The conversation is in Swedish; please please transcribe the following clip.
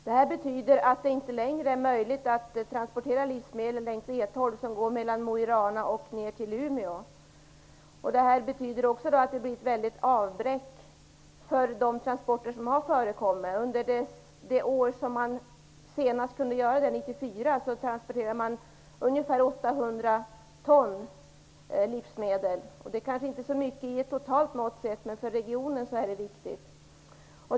Detta betyder att det inte längre är möjligt att transportera livsmedel längs E12, som går mellan Mo i Rana och ned till Umeå. Detta betyder också ett väldigt avbräck för de transporter som har förekommit. Under det år man senast kunde transportera livsmedel där, 1994, transporterade man ungefär 800 ton livsmedel på denna sträcka. Det kanske inte är så mycket totalt sett, men för regionen är det viktigt.